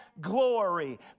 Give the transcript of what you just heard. glory